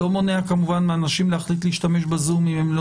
זה לא מונע כמובן מהאנשים להחליט להשתמש בזום אם הם לא